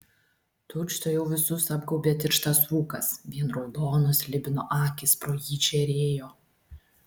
tučtuojau visus apgaubė tirštas rūkas vien raudonos slibino akys pro jį žėrėjo